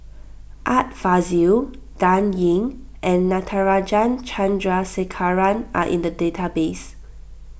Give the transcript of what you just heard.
Art Fazil Dan Ying and Natarajan Chandrasekaran are in the database